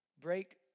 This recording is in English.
break